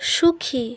সুখী